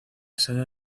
sede